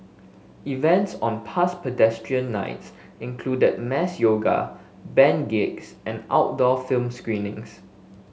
events on past Pedestrian Nights included mass yoga band gigs and outdoor film screenings